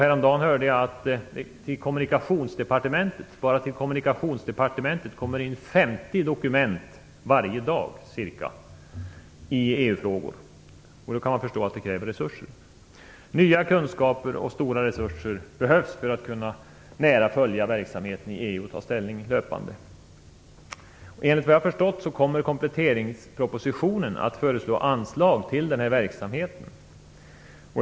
Häromdagen hörde jag att bara till Kommunikationsdepartementet kommer det in ca 50 dokument varje dag i EU-frågor. Då kan man förstå att det kräver resurser. Nya kunskaper och stora resurser behövs för att kunna nära följa verksamheten i EU och ta ställning löpande. Enligt vad jag förstått, kommer kompletteringspropositionen att föreslå anslag till den här verksamheten.